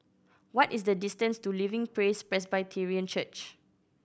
what is the distance to Living Praise Presbyterian Church